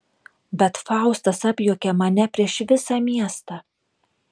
bet faustas apjuokia mane prieš visą miestą